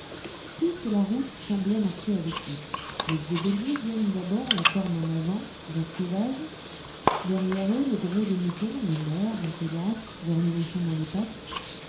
toute la route semble marcher avec lui les vieux béliers viennent d'abord la corne en avant l'air sauvage derrière eux le gros des moutons les mères un peu lasses leurs nourrissons dans les pattes